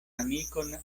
amikon